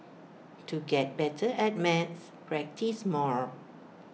to get better at maths practise more